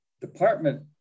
department